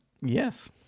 Yes